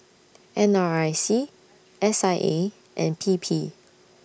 N R I C S I A and P P